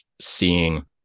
seeing